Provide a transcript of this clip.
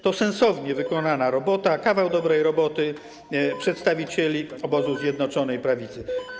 To sensownie wykonana robota, kawał dobrej roboty przedstawicieli obozu Zjednoczonej Prawicy.